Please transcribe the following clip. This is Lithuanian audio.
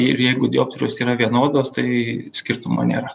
ir jeigu dioptrijos yra vienodos tai skirtumo nėra